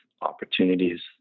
opportunities